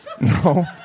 no